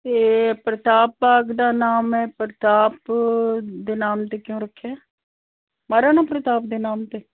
ਅਤੇ ਪ੍ਰਤਾਪ ਬਾਗ ਦਾ ਨਾਮ ਹੈ ਪ੍ਰਤਾਪ ਦੇ ਨਾਮ 'ਤੇ ਕਿਉਂ ਰੱਖਿਆ ਮਹਾਰਾਣਾ ਪ੍ਰਤਾਪ ਦੇ ਨਾਮ 'ਤੇ